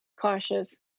cautious